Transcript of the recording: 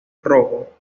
rojo